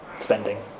spending